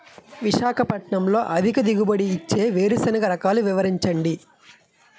విశాఖపట్నంలో అధిక దిగుబడి ఇచ్చే వేరుసెనగ రకాలు వివరించండి?